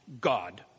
God